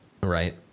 Right